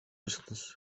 mısınız